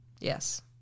Yes